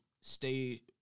stay